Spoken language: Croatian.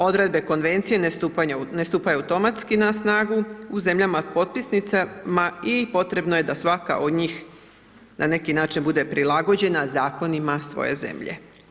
Odredbe konvencije ne stupaju automatski na snagu u zemljama potpisnicama i potrebno je da svaka od njih na neki način bude prilagođena zakonima svoje zemlje.